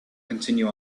continue